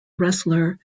wrestler